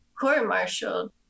court-martialed